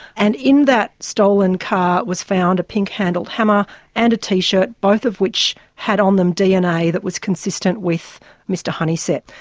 and in that stolen car was found a pink-handled hammer and a t-shirt, both of which had on them dna that was consistent with mr honeysett.